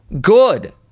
Good